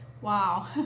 Wow